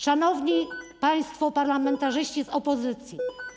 Szanowni Państwo Parlamentarzyści z Opozycji!